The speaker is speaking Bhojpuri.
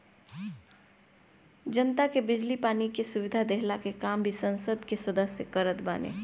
जनता के बिजली पानी के सुविधा देहला के काम भी संसद कअ सदस्य करत बाने